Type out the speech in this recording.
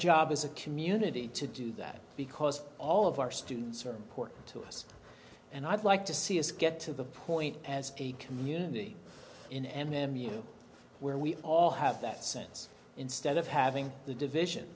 job as a community to do that because all of our students are important to us and i'd like to see us get to the point as a community in m m u where we all have that sense instead of having the division